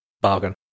Bargain